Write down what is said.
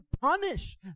punish